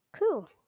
cool